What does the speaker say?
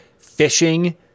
phishing